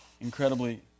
Incredibly